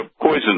poison